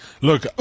Look